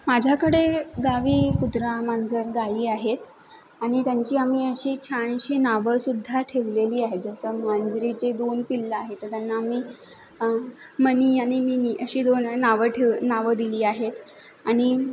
माझ्याकडे गावी कुत्रा मांजर गायी आहेत आणि त्यांची आम्ही अशी छानशी नावंसुद्धा ठेवलेली आहे जसं मांजरी जे दोन पिल्लं आहे तर त्यांना आम्ही मनी आणि मिनी अशी दोन नावं ठेव नावं दिली आहेत आणि